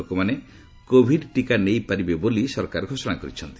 ଲୋକମାନେ କୋଭିଡ୍ ଟିକା ନେଇପାରିବେ ବୋଲି ସରକାର ଘୋଷଣା କରିଛନ୍ତି